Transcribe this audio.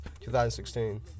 2016